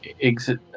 exit